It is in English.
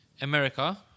america